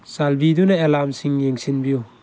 ꯆꯥꯟꯕꯤꯗꯨꯅ ꯑꯦꯂꯥꯝꯁꯤꯡ ꯌꯦꯡꯁꯤꯟꯕꯤꯎ